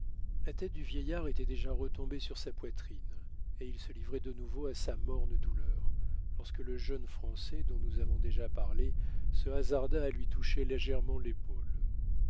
la tête du vieillard était déjà retombée sur sa poitrine et il se livrait de nouveau à sa morne douleur lorsque le jeune français dont nous avons déjà parlé se hasarda à lui toucher légèrement l'épaule